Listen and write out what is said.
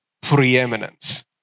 preeminence